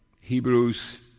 Hebrews